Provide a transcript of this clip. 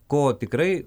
ko tikrai